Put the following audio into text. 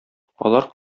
алар